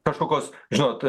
kažkokios žinot